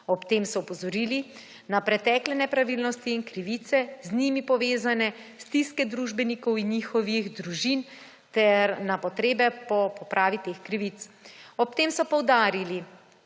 Ob tem so opozorili na pretekle nepravilnosti in krivice, z njimi povezane stiske družbenikov in njihovih družin ter na potrebe po popravi teh krivic. Ob tem so poudarili,